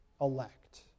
elect